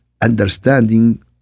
understanding